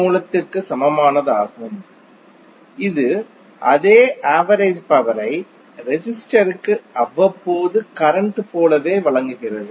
மூலத்திற்கு சமமானதாகும் இது அதே ஆவரேஜ் பவரை ரெசிஸ்டர்க்கு அவ்வப்போது கரண்ட் போலவே வழங்குகிறது